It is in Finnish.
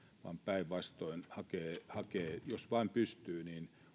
vaan päinvastoin hakee hakee jos vain pystyy